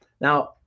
Now